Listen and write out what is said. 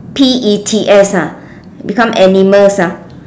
p e t s ah become animals ah